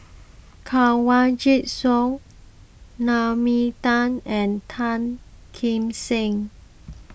Kanwaljit Soin Naomi Tan and Tan Kim Seng